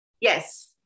Yes